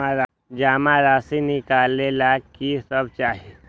जमा राशि नकालेला कि सब चाहि?